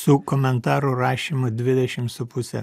su komentarų rašymu dvidešim su puse